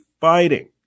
fighting